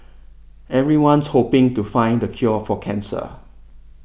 everyone's hoping to find the cure for cancer